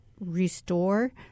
restore